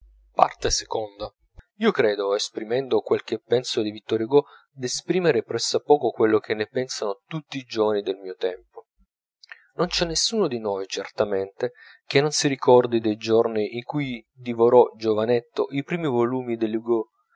parte io io credo esprimendo quello che penso di vittor hugo d'esprimere presso a poco quello che ne pensano tutti i giovani del mio tempo non c'è nessuno di noi certamente che non si ricordi dei giorni in cui divorò giovanetto i primi volumi